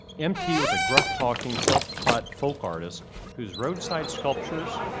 m t. was a gruff-talking self-taught folk artist whose roadside sculptures,